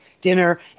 dinner